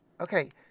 Okay